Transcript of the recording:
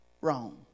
wrong